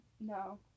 No